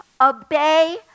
obey